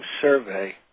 survey